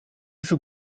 于是